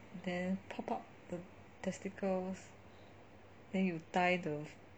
then pop up the testicles then you tie the